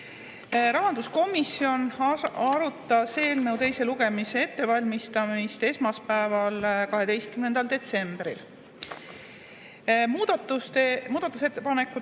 Rahanduskomisjon arutas eelnõu teise lugemise ettevalmistamist esmaspäeval, 12. detsembril. Muudatusettepanekute